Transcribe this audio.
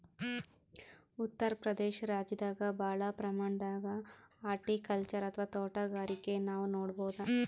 ಉತ್ತರ್ ಪ್ರದೇಶ ರಾಜ್ಯದಾಗ್ ಭಾಳ್ ಪ್ರಮಾಣದಾಗ್ ಹಾರ್ಟಿಕಲ್ಚರ್ ಅಥವಾ ತೋಟಗಾರಿಕೆ ನಾವ್ ನೋಡ್ಬಹುದ್